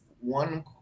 one